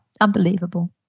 Unbelievable